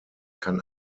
kann